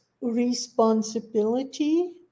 responsibility